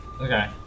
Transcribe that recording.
Okay